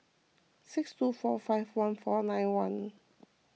six two four five one four nine one